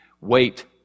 wait